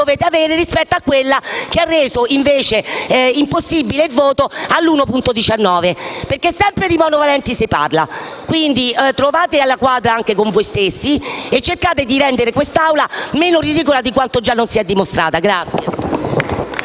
dovete avere rispetto a quella che ha reso invece impossibile il voto sull'emendamento 1.19, perché sempre di monovalenti si parla. Quindi, trovate la quadra anche con voi stessi e cercate di rendere quest'Assemblea meno ridicola di quanto già non si sia dimostrata.